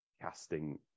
casting